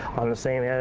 on the same yeah